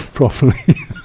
Properly